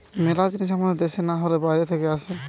মেলা জিনিস আমাদের দ্যাশে না হলে বাইরে থাকে আসে